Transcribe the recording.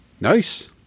Nice